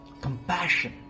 compassion